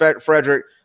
Frederick